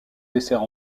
dessert